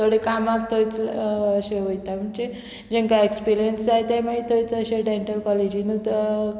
थोडे कामाक थंयच अशें वयता म्हणजे जेंका एक्सपिरियन्स जाय तें मागीर थंयच अशें डँटल कॉलेजीनूच